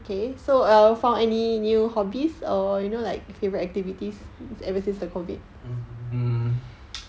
mm